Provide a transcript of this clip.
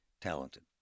talented